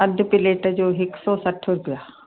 अधि प्लेट जो हिकु सौ सठि रुपिया